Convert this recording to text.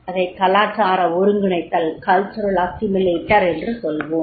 அதைக் கலாச்சார ஒருங்கிணைத்தல் என்று சொல்வோம்